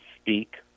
speak